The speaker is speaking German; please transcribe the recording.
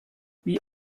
wie